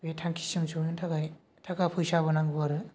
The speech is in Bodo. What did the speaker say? बे थांखिसिम सहैनो थाखाय थाखा फैसाबो नांगौ आरो